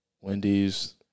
Wendy's